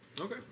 Okay